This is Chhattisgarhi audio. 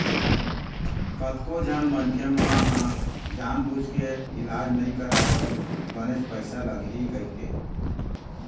कतको झन मनखे मन ह जानबूझ के इलाज नइ करवाय बनेच पइसा लगही कहिके